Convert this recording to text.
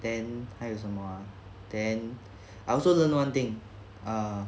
then 还有什么 ah then I also learn one thing uh